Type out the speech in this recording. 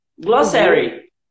glossary